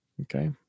okay